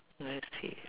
I see